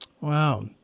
Wow